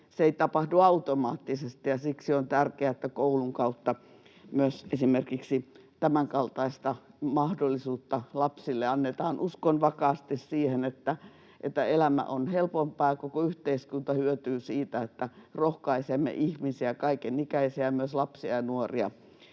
se ei tapahdu automaattisesti, ja siksi on tärkeää, että koulun kautta myös esimerkiksi tämänkaltaista mahdollisuutta lapsille annetaan. Uskon vakaasti siihen, että elämä on helpompaa ja koko yhteiskunta hyötyy siitä, että rohkaisemme ihmisiä, kaiken ikäisiä ja myös lapsia ja nuoria,